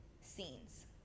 scenes